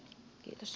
kiitos